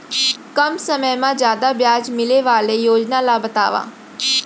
कम समय मा जादा ब्याज मिले वाले योजना ला बतावव